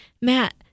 Matt